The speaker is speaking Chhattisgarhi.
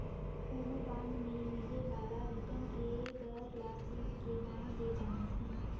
कोनो बांड मे मिले बाला रिटर्न के दर ल सील्ड के नांव ले जानथें